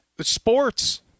sports